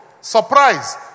surprise